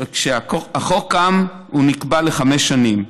וכשהחוק קם הוא נקבע לחמש שנים.